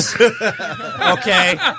Okay